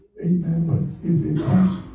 Amen